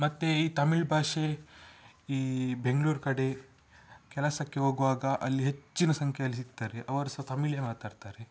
ಮತ್ತು ಈ ತಮಿಳ್ ಭಾಷೆ ಈ ಬೆಂಗ್ಳೂರು ಕಡೆ ಕೆಲಸಕ್ಕೆ ಹೋಗುವಾಗ ಅಲ್ಲಿ ಹೆಚ್ಚಿನ ಸಂಖ್ಯೆಯಲ್ಲಿ ಸಿಗ್ತಾರೆ ಅವರು ಸಹ ತಮಿಳೇ ಮಾತಾಡ್ತಾರೆ